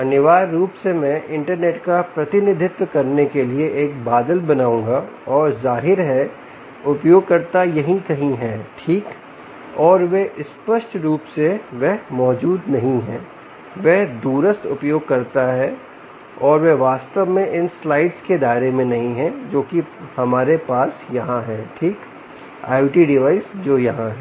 अनिवार्य रूप से मैं इंटरनेट का प्रतिनिधित्व करने के लिए एक बादल बनाऊंगा और ज़ाहिर है उपयोगकर्ता यहीं कहीं है ठीक और वह स्पष्ट रूप से वह मौजूद नहीं है वह दूरस्थ उपयोगकर्ता है और वह वास्तव में इन स्लाइड्स के दायरे में नहीं है जोकि हमारे पास यहां है ठीक IoT डिवाइस जो यहाँ हैं